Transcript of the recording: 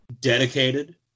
Dedicated